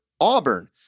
Auburn